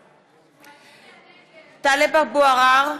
(קוראת בשמות חברי הכנסת) טלב אבו עראר,